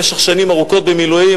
במשך שנים ארוכות במילואים,